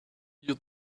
you